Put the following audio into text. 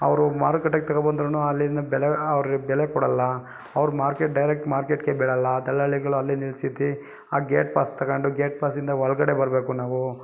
ಅವರು ಮರುಕಟ್ಟೆಗೆ ತಗೊಬಂದ್ರು ಅಲ್ಲಿನ ಬೆಲೆ ಅವ್ರಿಗೆ ಬೆಲೆ ಕೊಡಲ್ಲ ಅವ್ರು ಮಾರ್ಕೆಟ್ ಡೈರೆಕ್ಟ್ ಮಾರ್ಕೆಟ್ಗೆ ಬಿಡಲ್ಲ ದಲ್ಲಾಳಿಗಳು ಅಲ್ಲೇ ನಿಲ್ಸಿ ಆ ಗೇಟ್ ಪಾಸ್ ತಗೊಂಡು ಗೇಟ್ ಪಾಸಿಂದ ಒಳಗಡೆ ಬರಬೇಕು ನಾವು